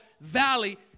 valley